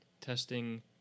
testing